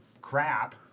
crap